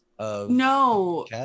No